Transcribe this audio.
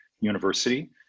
university